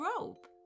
rope